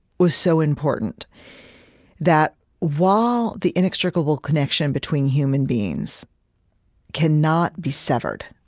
was so important that while the inextricable connection between human beings cannot be severed,